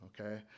okay